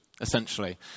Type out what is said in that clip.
essentially